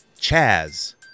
Chaz